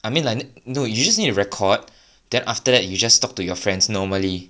I mean like n~ no you just record then after that you just talk to your friends normally